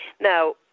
Now